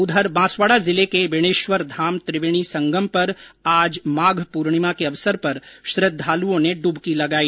उधर बांसवाड़ा जिले के बेणेश्वर धाम त्रिवेणी संगम पर आज माघ पूर्णिमा के अवसर पर श्रद्दालुओं ने डुबकी लगाई